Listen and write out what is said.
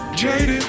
jaded